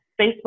Facebook